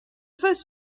first